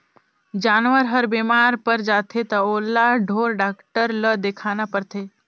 जानवर हर बेमार पर जाथे त ओला ढोर डॉक्टर ल देखाना परथे